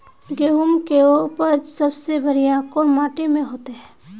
गेहूम के उपज सबसे बढ़िया कौन माटी में होते?